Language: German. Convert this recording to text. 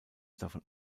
davon